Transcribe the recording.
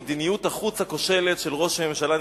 מדיניות החוץ הכושלת של ראש הממשלה נתניהו,